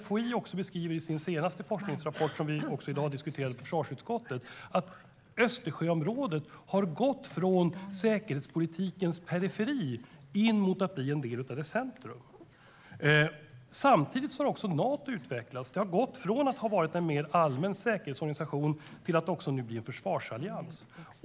FOI beskriver i sin senaste forskningsrapport, vilket vi i dag också diskuterade på försvarsutskottet, att Östersjöområdet har gått från säkerhetspolitikens periferi mot att bli en del av dess centrum. Samtidigt har också Nato utvecklats. Det har gått från att ha varit en mer allmän säkerhetsorganisation till att nu också bli en försvarsallians.